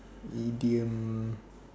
idiom